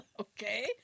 Okay